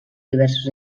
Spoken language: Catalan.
diversos